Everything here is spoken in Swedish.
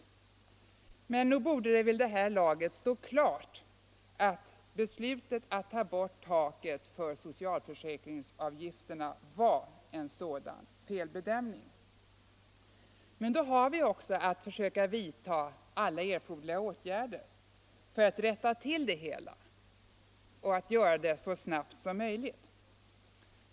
Men nog borde det vid det här laget stå klart att beslutet att ta bort taket för socialförsäkringsavgifterna var en sådan felbedömning. Men då har vi också att försöka vidta alla erforderliga åtgärder för att rätta till det hela och göra det så snabbt som möjligt.